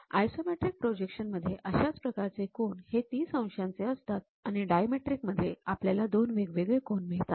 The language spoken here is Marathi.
आयसोमेट्रिक प्रोजेक्शन मध्ये अशाच प्रकारचे कोन हे ३० अंशाचे असतात आणि डायमेट्रिक मध्ये आपल्याला दोन वेगवेगळे कोन मिळतात